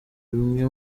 bimwe